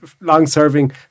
long-serving